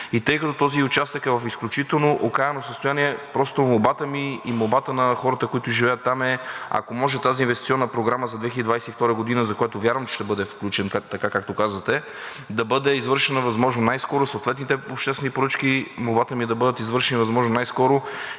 Тъй като този участък е в изключително окаяно състояние, молбата ми и молбата на хората, които живеят там, е, ако може тази инвестиционна програма за 2022 г. – за което вярвам, че ще бъде включен, така както казвате, да бъдат извършени възможно най-скоро съответните обществени поръчки. Молбата ми е да бъдат извършени възможно най-скоро.